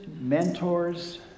mentors